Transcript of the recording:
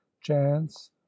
chance